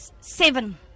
seven